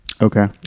Okay